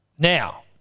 Now